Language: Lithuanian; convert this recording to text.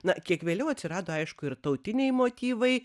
na kiek vėliau atsirado aišku ir tautiniai motyvai